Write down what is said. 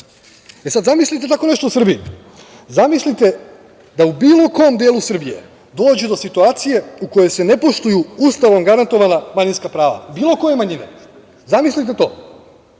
se. Sad, zamislite da tako nešto u Srbiji. Zamislite da u bilo kom delu Srbije dođe do situacije u kojoj se ne poštuju Ustavom garantovana manjinska prava, bilo koje manjine. Zamislite to.